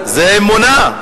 זה אמונה.